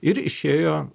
ir išėjo